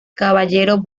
caballero